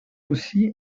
aussi